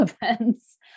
events